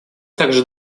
также